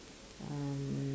um